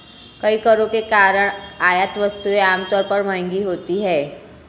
कई करों के कारण आयात वस्तुएं आमतौर पर महंगी होती हैं